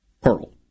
Pearl